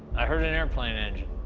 i heard an airplane engine.